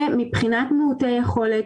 מבחינת מיעוטי יכולת,